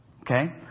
Okay